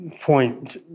point